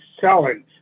selling